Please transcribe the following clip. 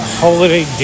holiday